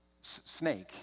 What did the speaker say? snake